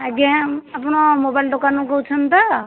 ଆଜ୍ଞା ଆପଣ ମୋବାଇଲ୍ ଦୋକାନରୁ କହୁଛନ୍ତି ତ